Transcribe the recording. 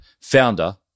founder